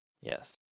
Yes